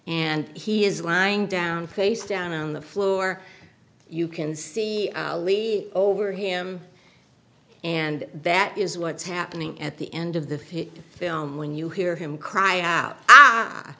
and he is lying down face down on the floor you can see a lead over him and that is what's happening at the end of the film when you hear him cry out